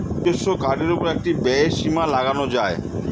নিজস্ব কার্ডের উপর একটি ব্যয়ের সীমা লাগানো যায়